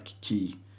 key